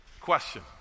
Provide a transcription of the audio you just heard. Question